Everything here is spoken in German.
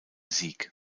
sieg